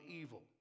evil